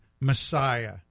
Messiah